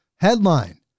headline